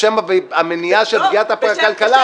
בשם המניעה של הפגיעה בוועדת הכלכלה,